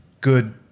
good